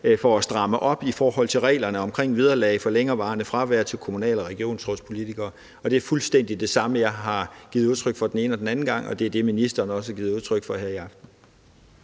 for at stramme op i forhold til reglerne omkring vederlag for længerevarende fravær til kommunal- og regionsrådspolitikere. Og det er fuldstændig det samme, jeg har givet udtryk for den ene og den anden gang, og det er det, ministeren også har givet udtryk for her i aften.